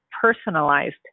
personalized